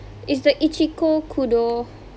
it's the Ichikokudo